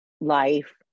life